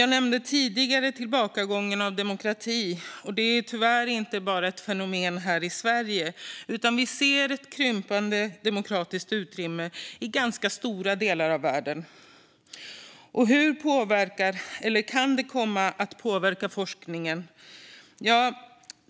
Jag nämnde tidigare tillbakagången för demokratin. Den är tyvärr inte bara ett fenomen här i Sverige, utan vi ser ett krympande demokratiskt utrymme i ganska stora delar av världen. Och hur påverkar det, eller kan det komma att påverka forskningen?